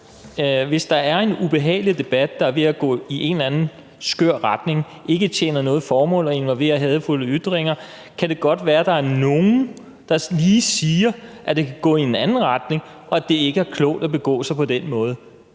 »Hvis der er en ubehagelig debat, der er ved at gå i en eller anden skør retning, ikke tjener noget formål og involverer hadefulde ytringer, kan det være godt, at der er nogen, der lige siger, at det skal gå i en anden retning, og at det ikke er klogt at begå sig på den måde.«